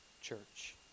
church